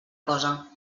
cosa